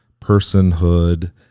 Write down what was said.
personhood